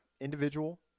individual